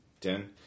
Ten